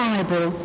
Bible